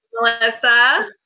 Melissa